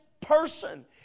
person